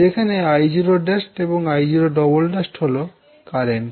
যেখানে I0′এবং I0′′ হল কারেন্ট